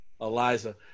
Eliza